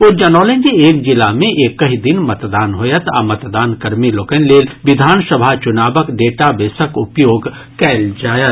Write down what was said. ओ जनौलनि जे एक जिला मे एकहि दिन मतदान होयत आ मतदान कर्मी लोकनि लेल विधानसभा चुनावक डेटाबेसक उपयोग कयल जायत